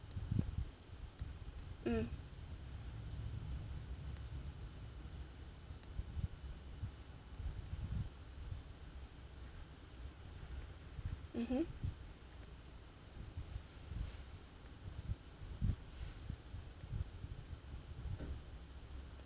mm mmhmm